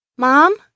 Mom